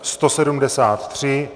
173.